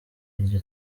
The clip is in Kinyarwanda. iryo